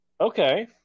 Okay